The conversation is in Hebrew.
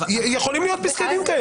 יכולים להיות פסקי דין כאלה.